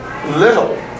little